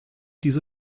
diese